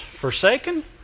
forsaken